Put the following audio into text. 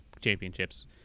championships